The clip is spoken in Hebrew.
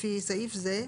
לפי סעיף זה,